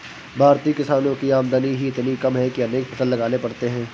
भारतीय किसानों की आमदनी ही इतनी कम है कि अनेक फसल लगाने पड़ते हैं